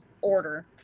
order